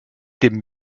dem